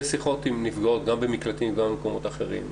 שיחות עם נפגעות גם במקלטים וגם במקומות אחרים,